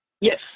yes